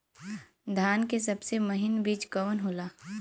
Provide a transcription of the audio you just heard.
धान के सबसे महीन बिज कवन होला?